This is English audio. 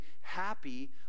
happy